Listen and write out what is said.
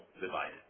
divided